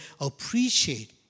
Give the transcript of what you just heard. appreciate